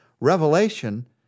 Revelation